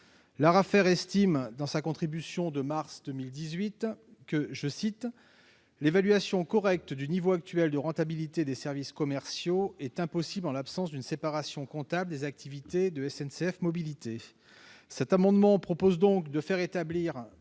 L'ARAFER estime, dans sa contribution de mars 2018, que « l'évaluation correcte du niveau actuel de rentabilité des services commerciaux est impossible en l'absence d'une séparation comptable des activités de SNCF Mobilités ».